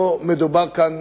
לא מדובר כאן